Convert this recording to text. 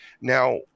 Now